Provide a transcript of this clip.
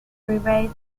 freeway